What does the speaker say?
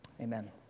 Amen